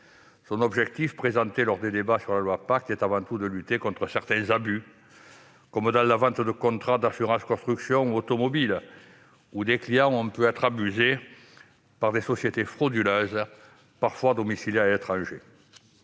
Son objectif, présenté lors des débats sur la loi Pacte, est avant tout de lutter contre certains abus, comme dans la vente de contrats d'assurance construction ou automobile, où des clients ont pu être abusés par des sociétés frauduleuses parfois domiciliées à l'étranger.